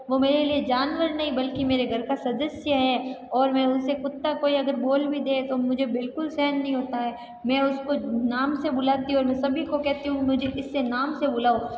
वो मेरे लिए जानवर नहीं बल्कि मेरे घर का सदस्य है और मैं उसे कुत्ता अगर बोल भी दे तो मुझे बिल्कुल सहन नहीं होता है मैं उसको नाम से बुलाती हूँ और मैं सभी को कहती हूँ मुझे इससे नाम से बुलाओ